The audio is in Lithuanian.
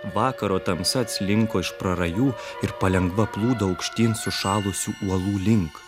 vakaro tamsa atslinko iš prarajų ir palengva plūdo aukštyn sušalusių uolų link